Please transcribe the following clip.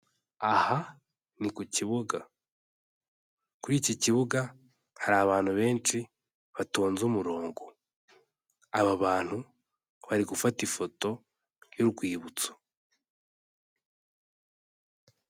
Aha ni ku kibuga, kuri iki kibuga hari abantu benshi batonze umurongo, aba bantu bari gufata ifoto y'urwibutso.